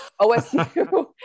OSU